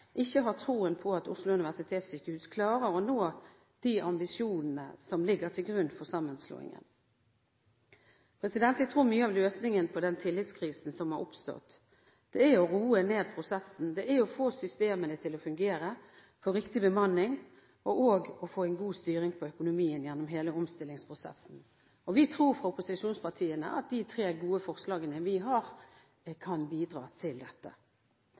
ikke har troen på at Oslo universitetssykehus klarer å nå de ambisjonene som ligger til grunn for sammenslåingen. Jeg tror mye av løsningen på den tillitskrisen som har oppstått, er å roe ned prosessen, få systemene til å fungere, få riktig bemanning og å få en god styring på økonomien gjennom hele omstillingsprosessen. Fra opposisjonspartienes side tror vi at det gode forslaget i tre punkter vi har, kan bidra til dette.